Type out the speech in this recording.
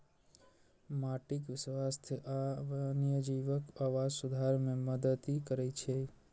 माटिक स्वास्थ्य आ वन्यजीवक आवास सुधार मे मदति करै छै